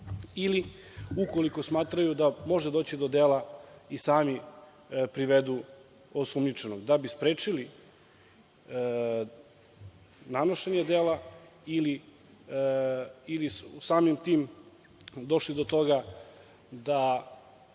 ili ukoliko smatraju da može doći do dela i sami privedu osumnjičenog, da bi sprečili nanošenje dela ili samim tim došli do toga da